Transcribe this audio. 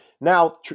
Now